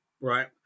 right